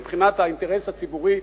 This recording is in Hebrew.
מבחינת האינטרס הציבורי,